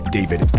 David